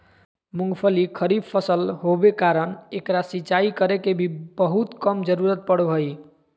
मूंगफली खरीफ फसल होबे कारण एकरा सिंचाई करे के भी बहुत कम जरूरत पड़ो हइ